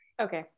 Okay